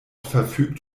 verfügt